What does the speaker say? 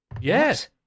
Yes